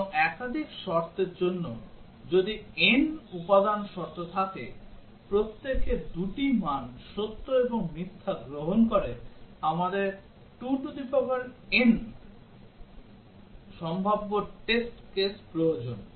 এবং একাধিক শর্তের জন্য যদি n উপাদান শর্ত থাকে প্রত্যেকে দুটি মান সত্য এবং মিথ্যা গ্রহণ করে আমাদের 2n সম্ভাব্য টেস্ট কেস প্রয়োজন